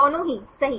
दोनों ही सही